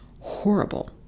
horrible